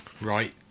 right